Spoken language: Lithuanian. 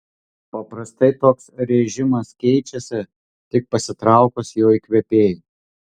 paprastai toks režimas keičiasi tik pasitraukus jo įkvėpėjui